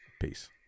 Peace